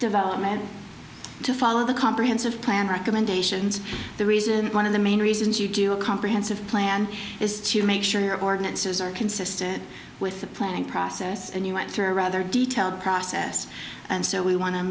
development to follow the comprehensive plan recommendations the reason one of the main reasons you do a comprehensive plan is to make sure your ordinances are consistent with the planning process and you went through a rather detailed process and so we wan